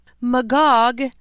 Magog